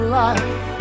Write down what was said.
life